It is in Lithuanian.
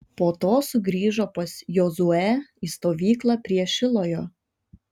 po to sugrįžo pas jozuę į stovyklą prie šilojo